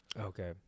Okay